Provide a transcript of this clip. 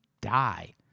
die